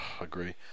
agree